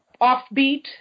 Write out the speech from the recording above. offbeat